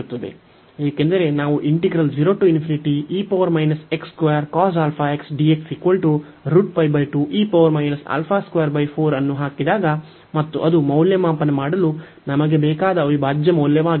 ಏಕೆಂದರೆ ನಾವು ಅನ್ನು ಹಾಕಿದಾಗ ಮತ್ತು ಅದು ಮೌಲ್ಯಮಾಪನ ಮಾಡಲು ನಮಗೆ ಬೇಕಾದ ಅವಿಭಾಜ್ಯ ಮೌಲ್ಯವಾಗಿದೆ